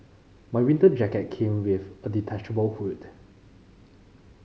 my winter jacket came with a detachable hood